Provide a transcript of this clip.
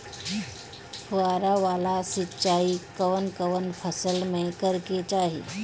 फुहारा वाला सिंचाई कवन कवन फसल में करके चाही?